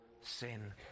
sin